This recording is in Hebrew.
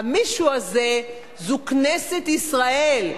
המישהו הזה זה כנסת ישראל,